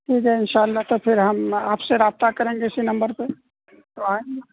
ٹھیک ہے ان شاء اللہ تو پھر ہم آپ سے رابطہ کریں گے اسی نمبر پہ تو آئیں گے